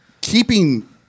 keeping